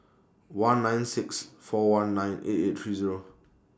one nine six four one nine eight eight three Zero